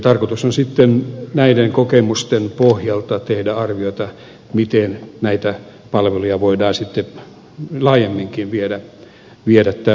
tarkoitus on näiden kokemusten pohjalta tehdä arvioita miten näitä palveluja voidaan laajemminkin viedä tälle tasolle